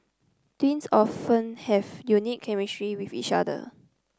twins often have unique chemistry with each other